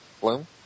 Bloom